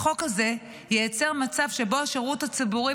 החוק הזה יצור מצב שבו השירות הציבורי